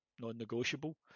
non-negotiable